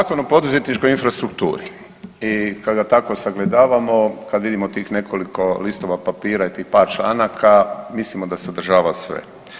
Zakon o poduzetničkoj infrastrukturi i kad ga tako sagledavamo kad vidimo tih nekoliko listova papira i tih par članaka mislimo da sadržava sve.